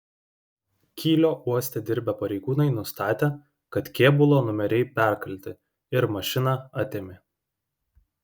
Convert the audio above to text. kylio uoste dirbę pareigūnai nustatė kad kėbulo numeriai perkalti ir mašiną atėmė